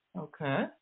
Okay